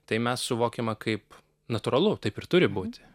tai mes suvokiame kaip natūralu taip ir turi būti